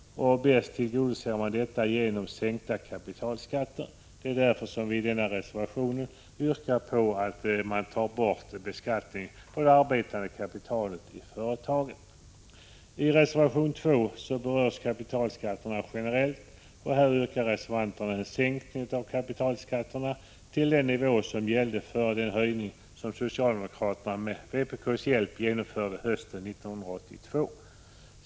Detta tillgodoser man bäst genom sänkta kapitalskatter. Det är därför som vi i denna reservation yrkar på att man tar bort beskattningen av det arbetande kapitalet i företagen. I reservation 2 berörs kapitalskatterna generellt, och här yrkar reservanterna på en sänkning av dessa till den nivå som gällde före den höjning som socialdemokraterna med vpk:s hjälp genomförde hösten 1982.